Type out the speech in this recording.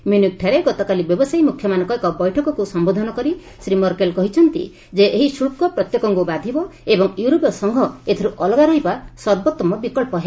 ମୁନିକ୍ଠାରେ ଗତକାଲି ବ୍ୟବସାୟୀ ମ୍ରଖ୍ୟମାନଙ୍କ ଏକ ବୈଠକକୁ ସଂସ୍କୋଧନ କରି ଶ୍ରୀ ମର୍କେଲ୍ କହିଛନ୍ତି ଯେ ଏହି ଶୁଲ୍କ ପ୍ରତ୍ୟେକଙ୍କୁ ବାଧିବ ଏବଂ ୟୁରୋପୀୟ ସଂଘ ଏଥିରୁ ଅଲଗା ରହିବା ସର୍ବୋଉମ ବିକଳ୍ପ ହେବ